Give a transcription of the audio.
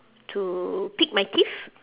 to pick my teeth